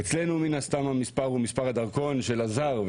אצלנו המספר הוא מספר הדרכון של הזר,